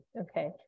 Okay